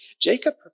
Jacob